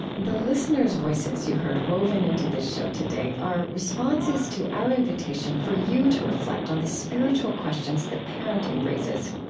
the listeners' voices you heard woven into this show today are responses to our invitation for you to reflect on the spiritual questions that parenting raises.